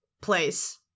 place